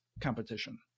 competition